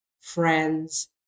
friends